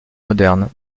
modernes